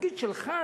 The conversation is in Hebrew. התפקיד שלך,